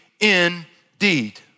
indeed